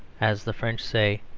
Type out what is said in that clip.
as the french say,